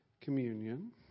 Communion